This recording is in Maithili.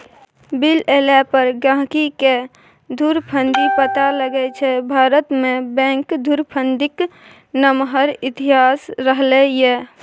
बिल एला पर गहिंकीकेँ धुरफंदी पता लगै छै भारतमे बैंक धुरफंदीक नमहर इतिहास रहलै यै